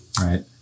right